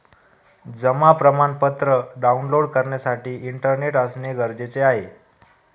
जमा प्रमाणपत्र डाऊनलोड करण्यासाठी इंटरनेट असणे गरजेचे आहे